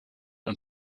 und